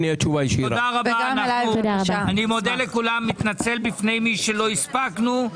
תודה רבה אני מודה לכולם ומתנצל בפני מי שלא הספקנו לשמוע אותו.